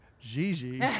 Gigi